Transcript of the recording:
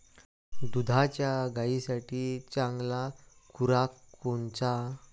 दुधाच्या गायीसाठी चांगला खुराक कोनचा?